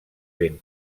ben